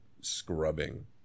scrubbing